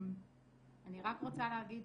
אני רק רוצה להגיד,